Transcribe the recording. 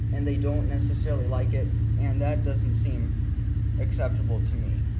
and they don't necessarily like it, and that doesn't seem acceptable to me.